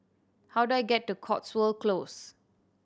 how do I get to Cotswold Close